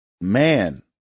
Man